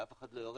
אף אחד לא יורד,